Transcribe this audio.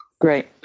Great